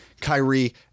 kyrie